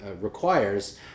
requires